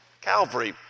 Calvary